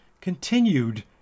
continued